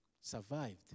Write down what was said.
survived